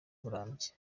burambye